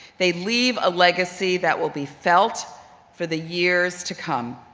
they leave a legacy that will be felt for the years to come.